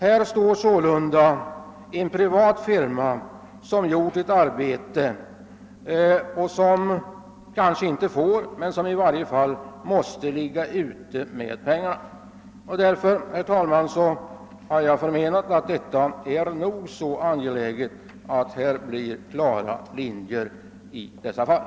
Här måste sålunda en privat firma som har utfört ett arbete ligga ute med pengarna. Jag har förmenat, herr talman, att det är angeläget att vi får klara linjer för bedömningen av sådana fall.